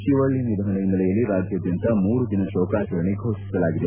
ಶಿವಳ್ಳ ನಿಧನದ ಹಿನ್ನೆಲೆಯಲ್ಲಿ ರಾಜ್ಯಾದ್ಯಾಂತ ಮೂರು ದಿನ ಶೋಕಾಚರಣೆ ಘೋಷಿಸಲಾಗಿದೆ